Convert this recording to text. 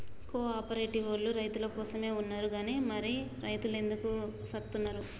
కో ఆపరేటివోల్లు రైతులకోసమే ఉన్నరు గని మరి రైతులెందుకు సత్తున్నరో